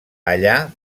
allà